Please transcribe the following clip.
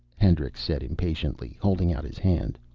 hendricks said impatiently, holding out his hand.